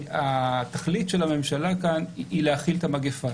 שהתכלית של הממשלה כאן היא להכיל את המגפה.